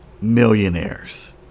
millionaires